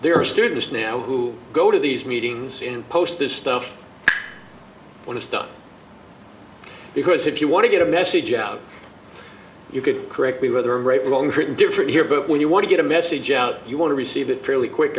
there are students now who go to these meetings and post this stuff when it's done because if you want to get a message out you could correctly whether right or wrong pretty different here but when you want to get a message out you want to receive it fairly quick